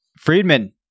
Friedman